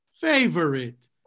Favorite